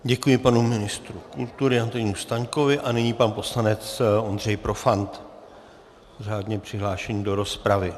Děkuji panu ministru kultury Antonínu Staňkovi a nyní pan poslanec Ondřej Profant, řádně přihlášený do rozpravy.